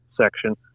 section